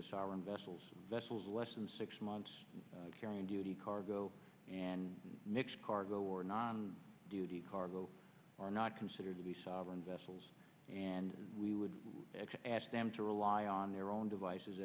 the sovereign vessels vessels less than six months carrying duty cargo and mixed cargo or non duty cargo are not considered to be sovereign vessels and we would ask them to rely on their own devices